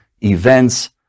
events